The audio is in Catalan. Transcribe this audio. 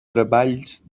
treballs